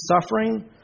suffering